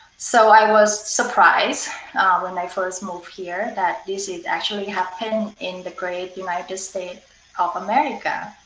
so i was surprised when i first moved here that this is actually happening in the great united states of america.